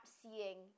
seeing